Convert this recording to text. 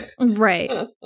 Right